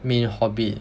main hobbit